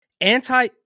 Anti